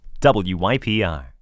WYPR